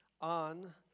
on